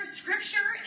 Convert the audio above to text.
scripture